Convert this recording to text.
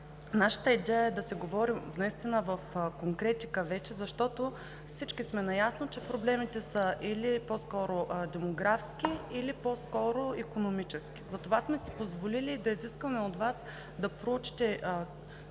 Нашата идея е да си говорим в конкретика вече, защото всички сме наясно, че проблемите са или по-скоро демографски, или по-скоро икономически. Затова сме си позволили да изискаме от Вас да проучите